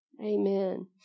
Amen